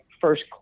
first